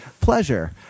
pleasure